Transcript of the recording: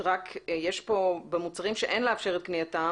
רק יש פה במוצרים שאין לאפשר את קנייתם